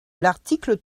l’article